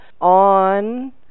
on